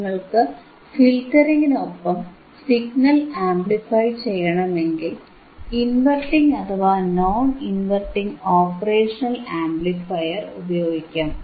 നിങ്ങൾക്ക് ഫിൽറ്ററിംഗിന് ഒപ്പം സിഗ്നൽ ആംപ്ലിഫൈ ചെയ്യണമെങ്കിൽ ഇൻവെർട്ടിംഗ് അഥവാ നോൺ ഇൻവെർട്ടിംഗ് ഓപ്പറേഷണൽ ആംപ്ലിഫയർ ഉപയോഗിക്കാം